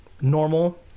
normal